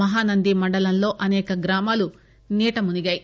మహానంది మండలంలో అసేక గ్రామాలు నీటి మునిగాయి